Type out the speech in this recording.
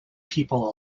people